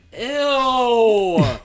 Ew